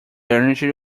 energy